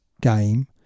game